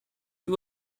two